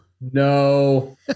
No